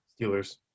Steelers